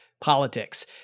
politics